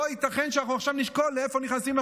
לא ייתכן שאנחנו עכשיו נשקול לאיפה נכנסים,